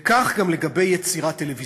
וכך גם לגבי יצירה טלוויזיונית.